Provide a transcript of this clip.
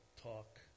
talk